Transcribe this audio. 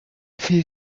viel